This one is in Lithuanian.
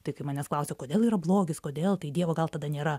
tai kai manęs klausia o kodėl yra blogis kodėl tai dievo gal tada nėra